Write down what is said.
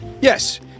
Yes